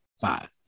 five